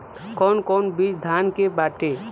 कौन कौन बिज धान के बाटे?